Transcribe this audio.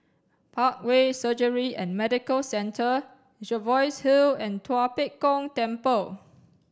Parkway Surgery and Medical Centre Jervois Hill and Tua Pek Kong Temple